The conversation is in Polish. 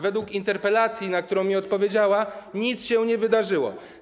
Według interpelacji, na którą mi odpowiedziała, nic się nie wydarzyło.